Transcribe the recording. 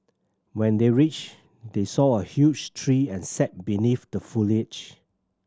when they reached they saw a huge tree and sat beneath the foliage